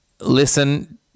listen